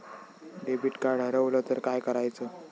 Debit card हरवल तर काय करायच?